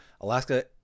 Alaska